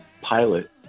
pilot